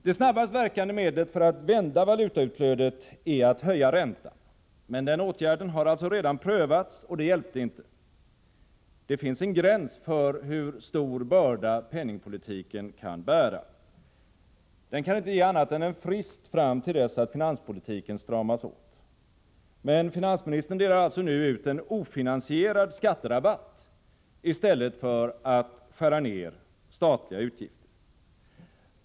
Det snabbast verkande medlet för att vända valutautflödet är att höja räntan, men den åtgärden har alltså redan prövats och det hjälpte inte. Det finns en gräns för hur stor börda penningpolitiken kan bära. Den kan inte ge annat än en frist fram till dess att finanspolitiken stramas åt. Men finansministern delar nu ut en ofinansierad skatterabatt i stället för att skära ner statliga utgifter.